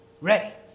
ready